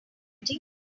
writing